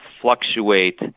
fluctuate